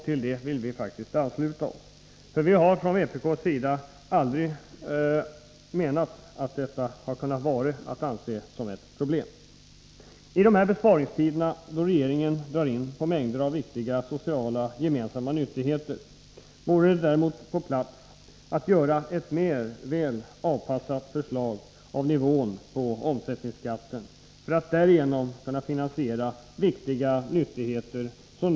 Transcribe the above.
Från vpk:s sida har vi aldrig ansett detta vara ett problem. I dessa besparingstider, då regeringen drar in på mängder av sociala gemensamma nyttigheter, vore det på sin plats med en mer välavpassad nivå på omsättningsskatten, för att därigenom finansiera dessa viktiga nyttigheter.